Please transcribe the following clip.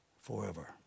forever